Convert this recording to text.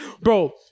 bro